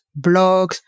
blogs